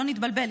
שלא נתבלבל,